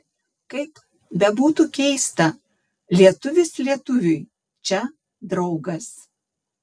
kaip bebūtų keista lietuvis lietuviui čia draugas